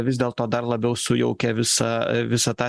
vis dėl to dar labiau sujaukia visą visą tą